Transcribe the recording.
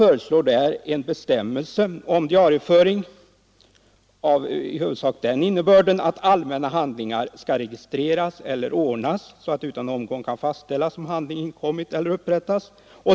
Kommittén skriver: ”Häri föreslås en bestämmelse om diarieföring av i huvudsak följande innebörd. Allmänna handlingar skall registreras eller ordnas så att det utan omgång kan fastställas om handling inkommit eller upprättats.